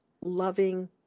loving